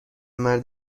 مرد